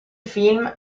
film